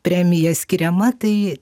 premija skiriama tai